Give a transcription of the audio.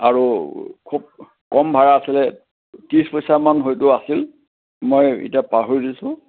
আৰু খুব কম ভাড়া আছিলে ত্ৰিছ পইচামান হয়তো আছিল মই এতিয়া পাহৰিছোঁ